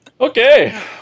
Okay